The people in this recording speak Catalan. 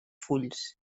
fulls